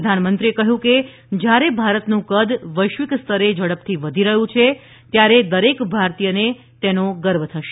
પ્રધાનમંત્રીએ કહ્યું કે જ્યારે ભારતનું કદ વૈશ્વિક સ્તરે ઝડપથી વધી રહ્યું છે ત્યારે દરેક ભારતીયને તેનો ગર્વ થશે